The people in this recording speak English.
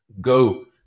go